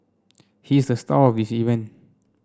he is the star of this event